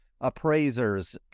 appraisers